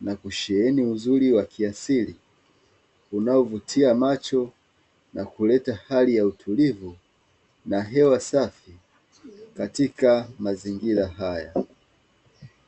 na kusheheni uzuri wa kiasili unaovutia macho na kuleta hali ya utulivu na hewa safi katika mazingira haya.